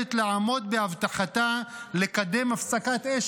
חייבת לעמוד בהבטחתה לקדם הפסקת אש